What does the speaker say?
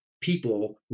people